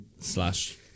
slash